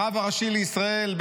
הרב הראשי לישראל,